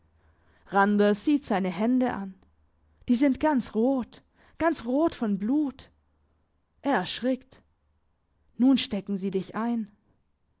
randers sieht seine hände an die sind ganz rot ganz rot von blut er erschrickt nun stecken sie dich ein